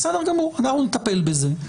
בסדר גמור, אנחנו נטפל בזה.